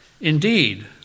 Indeed